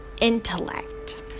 Intellect